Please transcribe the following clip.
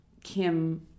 Kim